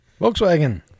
Volkswagen